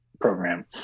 program